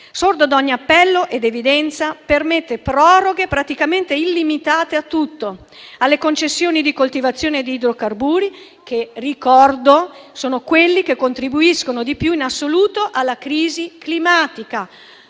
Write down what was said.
Sordo ad ogni appello ed evidenza, permette proroghe praticamente illimitate a tutto: alle concessioni di coltivazione di idrocarburi, che - ricordo - sono quelli che contribuiscono di più in assoluto alla crisi climatica